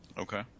Okay